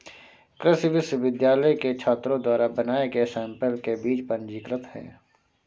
कृषि विश्वविद्यालय के छात्रों द्वारा बनाए गए सैंपल के बीज पंजीकृत हैं